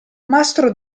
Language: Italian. mastro